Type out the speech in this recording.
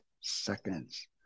seconds